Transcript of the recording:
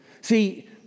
See